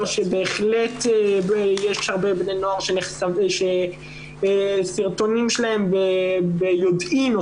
שבהחלט יש הרבה בני נוער שסרטונים שלהם ביודעין או